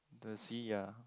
the sea ya